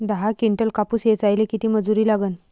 दहा किंटल कापूस ऐचायले किती मजूरी लागन?